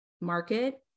market